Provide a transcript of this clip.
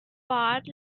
barred